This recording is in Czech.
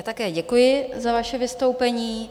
Také děkuji za vaše vystoupení.